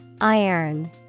Iron